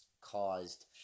caused